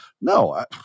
No